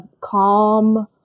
calm